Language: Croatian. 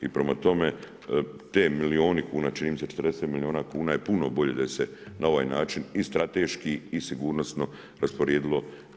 I prema tome, te milijuni kuna, čini mi se 40 milijuna kuna je puno bolje da se na ovaj način i strateški i sigurnosno rasporedilo.